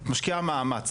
את משקיעה מאמץ,